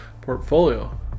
portfolio